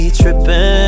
tripping